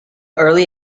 early